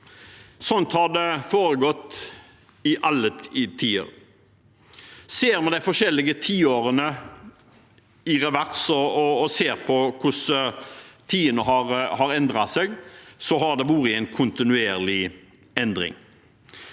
Sånn har det foregått i alle tider. Ser vi de forskjellige tiårene i revers og ser på hvordan tidene har endret seg, har det vært en kontinuerlig endring.